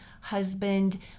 husband